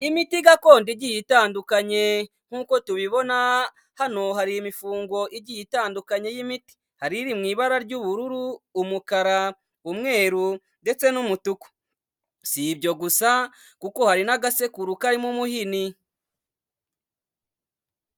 Imiti gakondo igiye itandukanye. Nkuko tubibona hano hari imifungo igiye itandukanye y'imiti. Hari iri mu ibara ry'ubururu, umukara, umweru ndetse n'umutuku. Si ibyo gusa, kuko hari n'agasekuru karimo umuhini.